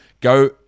go